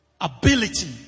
ability